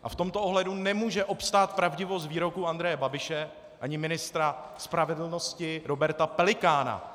A v tomto ohledu nemůže obstát pravdivost výroku Andreje Babiše ani ministra spravedlnosti Roberta Pelikána.